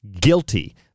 guilty